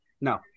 No